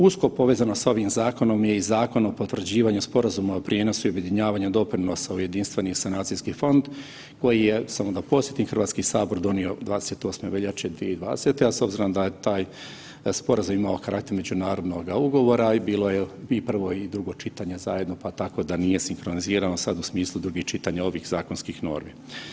Usko povezano sa ovim zakonom je i Zakon o potvrđivanju sporazuma o prijenosu i objedinjavanju doprinosa u jedinstveni sanacijski fond koji je samo da podsjetim Hrvatski sabor donio 28. veljače 2020., a s obzirom da je taj sporazum imao karakter međunarodnoga ugovora, a i bilo je i prvo i drugo čitanje zajedno pa tako da nije sinkronizirano sad u smislu drugih čitanja ovih zakonskih normi.